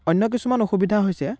অন্য কিছুমান অসুবিধা হৈছে